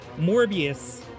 morbius